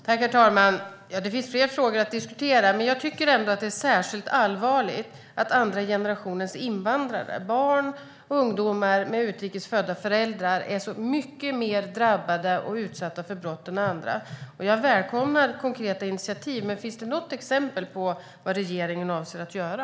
Herr talman! Ja, det finns fler frågor att diskutera, men jag tycker att det är särskilt allvarligt att andra generationens invandrare, barn och ungdomar med utrikes födda föräldrar, är mycket mer drabbade och utsatta för brott än andra. Jag välkomnar konkreta initiativ. Men finns det något exempel på vad regeringen avser att göra?